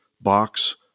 box